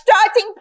starting